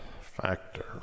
factor